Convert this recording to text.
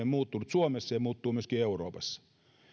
muuttunut ei vain suomessa se muuttuu myöskin euroopassa